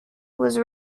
was